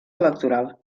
electoral